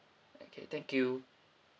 okay thank you